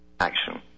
Action